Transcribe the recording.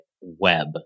web